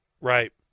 Right